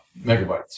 megabytes